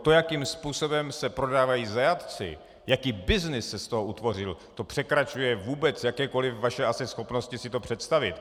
To, jakým způsobem se prodávají zajatci, jaký byznys se z toho utvořil, to asi překračuje vůbec jakékoliv vaše schopnosti si to představit.